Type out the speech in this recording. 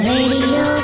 Radio